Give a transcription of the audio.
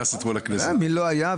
מי לא היה?